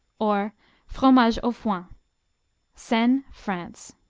or fromage au foin seine, france